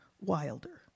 wilder